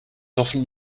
often